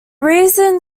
reason